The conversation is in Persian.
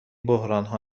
بحرانها